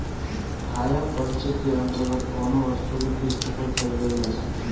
hire purchase के अंतर्गत कौनो वस्तु के किस्त पर खरीदल जा सकेला